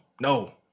No